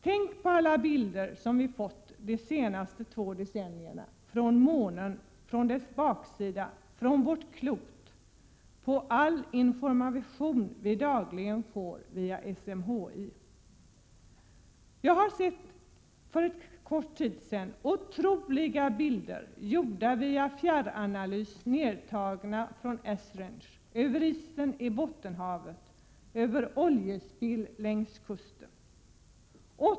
Tänk på alla bilder som vi har fått de senaste två decennierna på månen — dess baksida — och på vårt klot och tänk på all information som vi dagligen får genom SMHI! Jag såg för kort tid sedan otroliga bilder, gjorda via fjärranalys, nedtagna från Esrange, över isen i Bottenhavet, över oljespill längs kusten.